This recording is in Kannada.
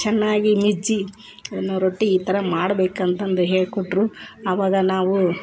ಚೆನ್ನಾಗಿ ಮಿಜ್ಜಿ ಏನು ರೊಟ್ಟಿ ಈ ಥರ ಮಾಡ್ಬೇಕು ಅಂತಂದು ಹೇಳಿಕೊಟ್ರು ಅವಾಗ ನಾವು